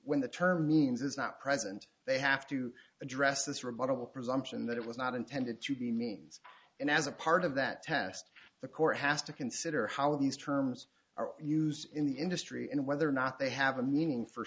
win the term means it's not present they have to address this rebuttable presumption that it was not intended to be means and as a part of that test the court has to consider how these terms are used in the industry and whether or not they have a meaning for